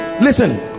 listen